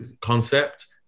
concept